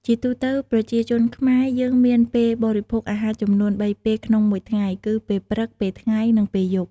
ជាទូទៅ ប្រជាជនខ្មែរយើងមានពេលបរិភោគអាហារចំនួន ៣ពេលក្នុងមួយថ្ងៃគឺ ពេលព្រឹក ពេលថ្ងៃ និងពេលយប់។